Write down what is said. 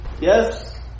Yes